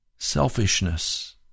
selfishness